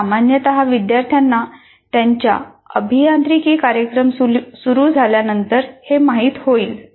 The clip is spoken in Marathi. सामान्यत विद्यार्थ्यांना त्यांचा अभियांत्रिकी कार्यक्रम सुरु झाल्यानंतर हे माहित होईल